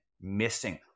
missing